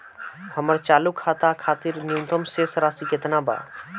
हमर चालू खाता खातिर न्यूनतम शेष राशि केतना बा?